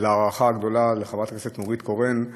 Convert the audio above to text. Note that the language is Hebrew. ולהערכה הגדולה לחברת הכנסת נורית קורן.